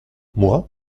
moi